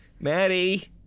Maddie